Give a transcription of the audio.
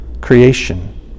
creation